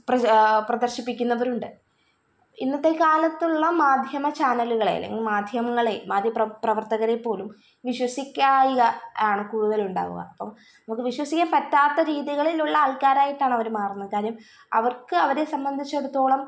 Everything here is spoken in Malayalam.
പ്രജ പ്രദര്ശിപ്പിക്കുന്നവരുണ്ട് ഇന്നത്തെക്കാലത്തുള്ള മാധ്യമ ചാനലുകളെ അല്ലെങ്കില് മാധ്യമങ്ങളെ മാധ്യപ്ര പ്രവര്ത്തകരെപ്പോലും വിശ്വസിക്കായ്ക ആണ് കൂടുതലുണ്ടാവുക അപ്പം നമുക്ക് വിശ്വസിക്കാൻ പറ്റാത്ത രീതികളിലുള്ള ആള്ക്കാരായിട്ടാണവര് മാറുന്നത് കാര്യം അവര്ക്ക് അവരെ സംബന്ധിച്ചിടത്തോളം